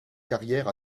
carrière